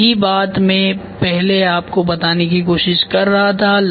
तो यही बात में पहले आप को बताने की कोशिश कर रहा था